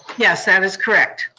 yes, that is correct.